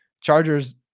Chargers